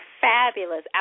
fabulous